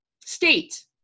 state